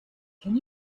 can